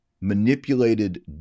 manipulated